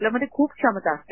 आपल्यामध्ये खूप क्षमता असते